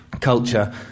culture